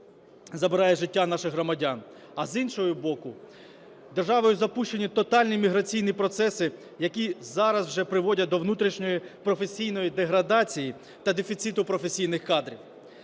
забирає життя наших громадян, а з іншого боку, державою запущені тотальні міграційні процеси, які зараз вже приводять до внутрішньої професійної деградації та дефіциту професійних кадрів.